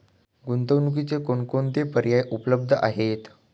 गुंतवणुकीचे कोणकोणते पर्याय उपलब्ध आहेत?